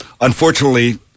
unfortunately